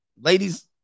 ladies